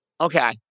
Okay